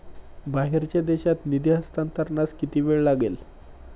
बाहेरच्या देशात निधी हस्तांतरणास किती वेळ लागेल?